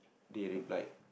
they replied